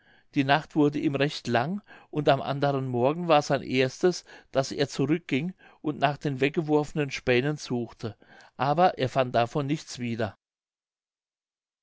die nacht wurde ihm recht lang und am anderen morgen war sein erstes daß er zurückging und nach den weggeworfenen spähnen suchte aber er fand davon nichts wieder